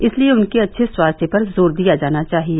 इसलिए उनके अच्छे स्वास्थ्य पर जोर दिया जाना चाहिए